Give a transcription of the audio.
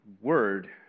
word